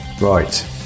right